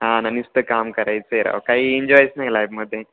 हां ना नुसतं काम करायचं राव काही एंजॉयच नाही लाईफमध्ये